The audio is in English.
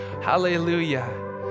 hallelujah